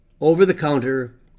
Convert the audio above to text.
over-the-counter